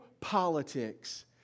politics